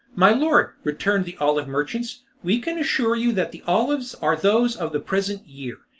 my lord, returned the olive merchants, we can assure you that the olives are those of the present year.